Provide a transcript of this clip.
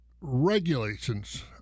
regulations